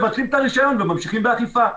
מבטלים את הרישיון וממשיכים באכיפה.